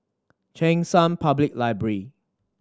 Cheng San Public Library